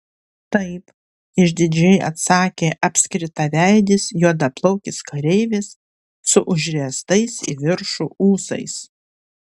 taip išdidžiai atsakė apskritaveidis juodaplaukis kareivis su užriestais į viršų ūsais